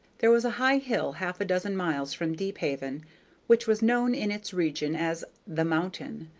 there was a high hill half a dozen miles from deephaven which was known in its region as the mountain.